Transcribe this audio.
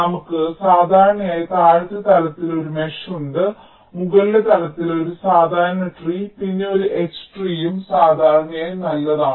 നമുക്ക് സാധാരണയായി താഴത്തെ തലത്തിൽ ഒരു മെഷ് ഉണ്ട് മുകളിലെ തലത്തിൽ ഒരു സാധാരണ ട്രീ പിന്നെ ഒരു H ട്രീയും സാധാരണയായി നല്ലതാണ്